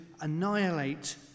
annihilate